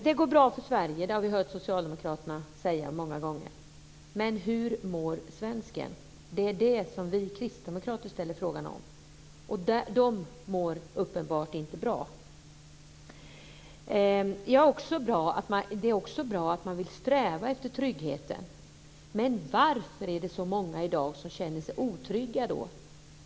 Det går bra för Sverige, det har vi hört socialdemokraterna säga många gånger. Men hur mår svensken? Det är det som vi kristdemokrater ställer frågan om. Svenskarna mår uppenbarligen inte bra. Det är också bra att man vill sträva efter trygghet, men varför är det så många i dag som känner sig otrygga då?